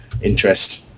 interest